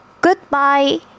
Goodbye